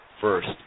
first